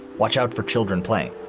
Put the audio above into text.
watch out for children playing.